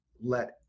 let